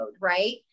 right